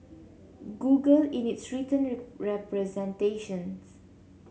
Google in its written representations